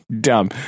dumb